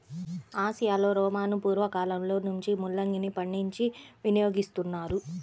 ఆసియాలో రోమను పూర్వ కాలంలో నుంచే ముల్లంగిని పండించి వినియోగిస్తున్నారు